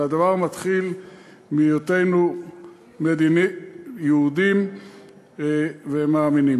אבל הדבר מתחיל מהיותנו יהודים ומאמינים.